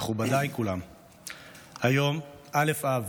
מכובדיי כולם, היום א' באב,